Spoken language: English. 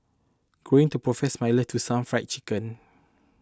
going to profess my let to some Fried Chicken